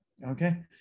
Okay